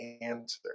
answer